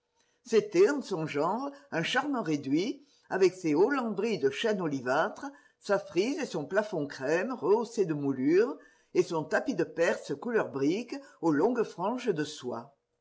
c'était en son genre un charmant réduit avec ses hauts lambris de chêne olivâtre sa frise et son plafond crème rehaussé de moulure et son tapis de perse couleur brique aux longues franges de soie